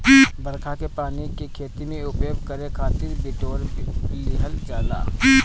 बरखा के पानी के खेती में उपयोग करे खातिर बिटोर लिहल जाला